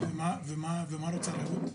הוא מזהה כל מיני פרצות באותו עוסק,